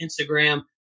Instagram